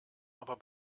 aber